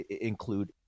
include